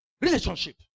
Relationship